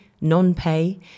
non-pay